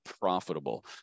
profitable